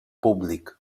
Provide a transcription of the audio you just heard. públic